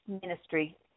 ministry